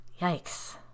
Yikes